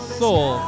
soul